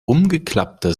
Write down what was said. umgeklappter